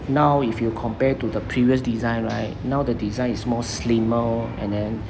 now if you compare it to the previous design right now the design is more slimmer and then